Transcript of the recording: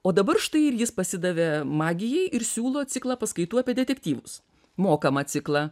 o dabar štai ir jis pasidavė magijai ir siūlo ciklą paskaitų apie detektyvus mokamą ciklą